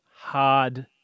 hard